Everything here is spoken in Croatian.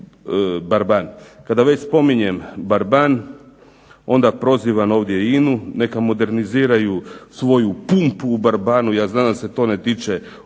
Barban. Kada već spominjem Barban onda prozivam ovdje INA-u. neka moderniziraju svoju pumpu u Barbanu. Ja znam da se to ne tiče